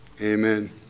Amen